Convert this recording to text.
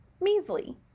measly